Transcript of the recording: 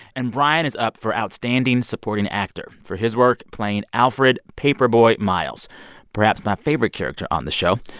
and brian is up for outstanding supporting actor for his work playing alfred paper boi miles perhaps my favorite character on the show.